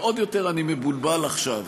ועוד יותר אני מבולבל עכשיו,